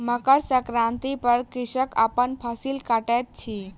मकर संक्रांति पर कृषक अपन फसिल कटैत अछि